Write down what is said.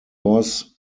was